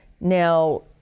now